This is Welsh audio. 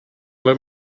ble